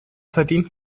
verdient